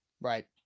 Right